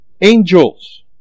angels